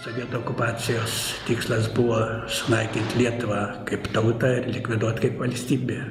sovietų okupacijos tikslas buvo sunaikint lietuvą kaip tautą ir likviduot kaip valstybę